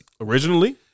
originally